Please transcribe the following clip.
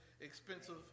expensive